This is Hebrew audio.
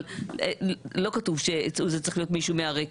אבל לא כתוב שזה צריך להיות מישהו מהרקע.